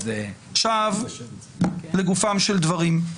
עכשיו לגופם של דברים.